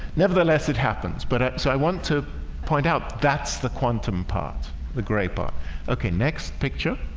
nevertheless it happens. but so i want to point out. that's the quantum part the gray part ok next picture